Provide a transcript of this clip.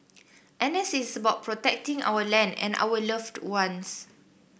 N S is about protecting our land and our loved ones